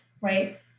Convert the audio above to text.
right